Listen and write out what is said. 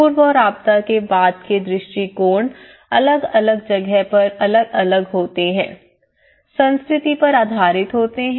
पूर्व और आपदा के बाद के दृष्टिकोण अलग अलग जगह पर अलग अलग होते हैं संस्कृति पर आधारित होते हैं